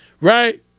right